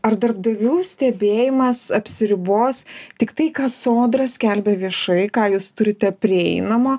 ar darbdavių stebėjimas apsiribos tik tai ką sodra skelbia viešai ką jūs turite prieinamo